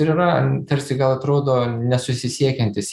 ir yra tarsi gal atrodo nesusisiekiantys